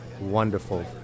wonderful